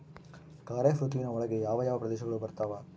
ಖಾರೇಫ್ ಋತುವಿನ ಒಳಗೆ ಯಾವ ಯಾವ ಪ್ರದೇಶಗಳು ಬರ್ತಾವ?